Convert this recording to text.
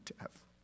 death